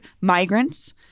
migrants